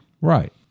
Right